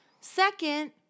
Second